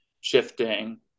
shifting